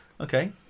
Okay